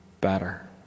better